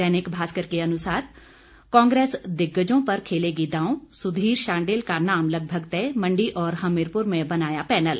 दैनिक भास्कर के अनुसार कांग्रेस दिग्गजों पर खेलेगी दाव सुधीर शांडिल का नाम लगभग तय मंडी और हमीरपुर में बनाया पैनल